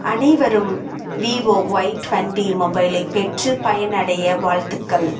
அனைவரும் Vivo Y twenty மொபைலை பெற்று பயனடைய வாழ்த்துக்கள்